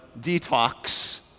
detox